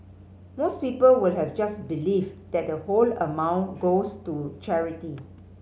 most people would have just believed that the whole amount goes to charity